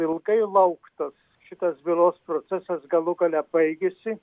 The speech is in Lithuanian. ilgai lauktas šitas bylos procesas galų gale baigėsi